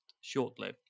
shortly